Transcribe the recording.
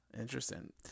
Interesting